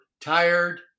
tired